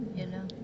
ya lah